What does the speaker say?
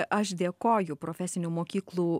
aš dėkoju profesinių mokyklų